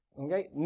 Okay